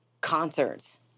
concerts